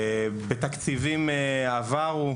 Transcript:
בתקציבים עברו,